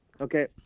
Okay